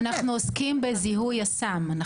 אנחנו עוסקים בזיהוי הסם.